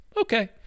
okay